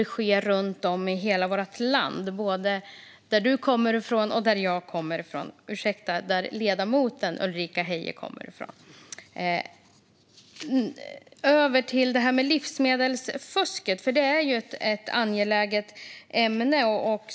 Det sker runt om i hela vårt land, både där ledamoten Ulrika Heie kommer ifrån och där jag kommer ifrån. Jag vill gå över till livsmedelsfusket, för det är ett angeläget ämne.